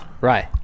right